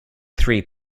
three